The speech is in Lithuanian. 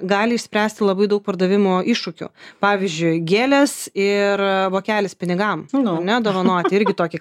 gali išspręsti labai daug pardavimo iššūkių pavyzdžiui gėlės ir vokelis pinigam nu ne dovanoti irgi tokį